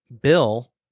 Bill